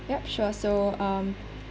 yup sure so um